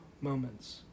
moments